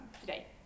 today